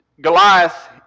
Goliath